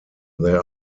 there